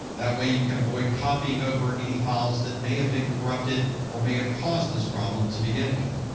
that way, you can avoid copying over any files that may have been corrupted, or may have caused this problem to begin with.